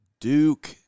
Duke